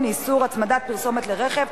איסור הצמדת פרסומת לרכב),